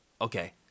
okay